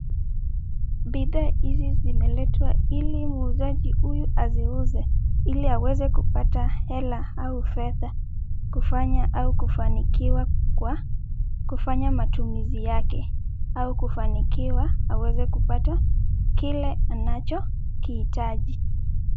Bidhaa hizi zimeletwa ili muuzaji huyu aziuze ili aweze kupata hela au fedha, kufanya au kufanikiwa kwa kufanya matumizi yake au kufanikiwa aweze kupata kile anachokihitaji.